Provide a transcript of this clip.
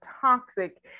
toxic